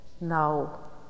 now